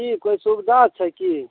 की कोइ सुविधा छै कि